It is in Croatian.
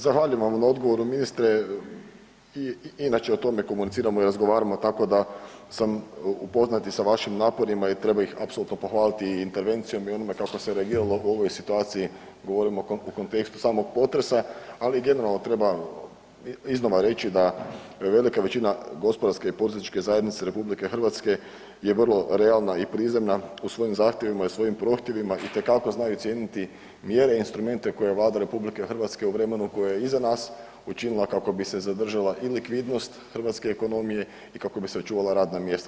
Zahvaljujem vam na odgovoru ministre i inače o tome komuniciramo i razgovaramo tako da sam upoznat i sa vašim naporima i treba ih apsolutno pohvaliti i intervencijom i onime kao što se reagiralo u ovoj situaciji govorim u kontekstu samog potresa, ali i generalno treba iznova reći da velika većina gospodarske i poduzetničke zajednice RH je vrlo realna i prizemna u svojim zahtjevima i svojim prohtjevima itekako znaju cijeniti mjere i instrumente koje Vlada RH u vremenu koje je iza nas učinila kako bi se zadržala i likvidnost hrvatske ekonomije i kako bi se očuvala radna mjesta.